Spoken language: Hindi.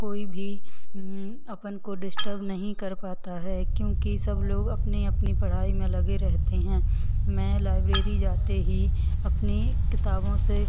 कोई भी अपन को डिस्टर्ब नहीं कर पाता है क्योंकि सब लोग अपनी अपनी पढ़ाई में लगे रहते हैं मैं लाइब्रेरी जाते ही अपनी किताबों से